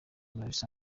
bisanzwe